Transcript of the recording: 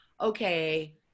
okay